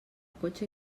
cotxe